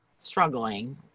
struggling